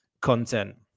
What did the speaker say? content